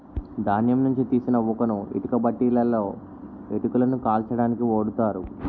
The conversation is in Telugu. ధాన్యం నుంచి తీసిన ఊకను ఇటుక బట్టీలలో ఇటుకలను కాల్చడానికి ఓడుతారు